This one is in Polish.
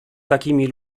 takimi